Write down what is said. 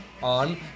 on